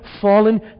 fallen